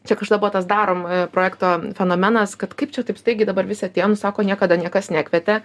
čia kažkada buvo tas darom projekto fenomenas kad kaip čia taip staigiai dabar visi atėjom nu sako niekada niekas nekvietė